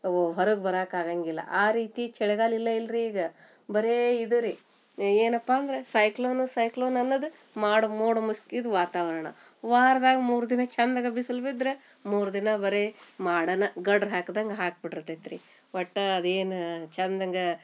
ಓ ಹೊರಗೆ ಬರಾಕೆ ಆಗಂಗಿಲ್ಲ ಆ ರೀತಿ ಚಳಿಗಾಲ ಇಲ್ಲ ಇಲ್ರಿ ಈಗ ಬರೇ ಇದುರಿ ಏನಪ್ಪಾ ಅಂದ್ರೆ ಸೈಕ್ಲೋನು ಸೈಕ್ಲೋನ್ ಅನ್ನದು ಮಾಡಿ ಮೋಡ ಮುಸ್ಕಿದ್ ವಾತಾವರಣ ವಾರ್ದಾಗ ಮೂರು ದಿನ ಚಂದಗ ಬಿಸ್ಲು ಬಿದ್ದರೆ ಮೂರು ದಿನ ಬರೇ ಮಾಡನ ಗಡ್ರ ಹಾಕ್ದಂಗ ಹಾಕ್ಬಿಟ್ರೆ ಇರ್ತೈತ ರೀ ಒಟ್ಟಾ ಅದು ಏನು ಚಂದಂಗ